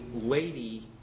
lady